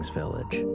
village